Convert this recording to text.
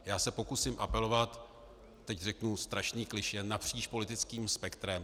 Já se pokusím apelovat teď řeknu strašný klišé napříč politickým spektrem.